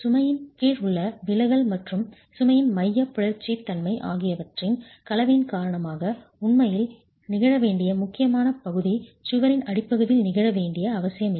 சுமையின் கீழ் உள்ள விலகல் மற்றும் சுமையின் மையப் பிறழ்ச்சி தன்மை ஆகியவற்றின் கலவையின் காரணமாக உண்மையில் நிகழ வேண்டிய முக்கியமான பகுதி சுவரின் அடிப்பகுதியில் நிகழ வேண்டிய அவசியமில்லை